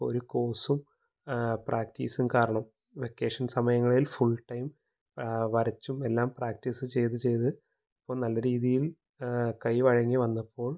ഇപ്പോള് ഒരു കോഴ്സും പ്രാക്റ്റീസും കാരണം വെക്കേഷൻ സമയങ്ങളിൽ ഫുൾ ടൈം വരച്ചും എല്ലാം പ്രാക്റ്റീസ് ചെയ്ത് ചെയ്ത് ഇപ്പോള് നല്ല രീതിയിൽ കൈ വഴങ്ങി വന്നപ്പോൾ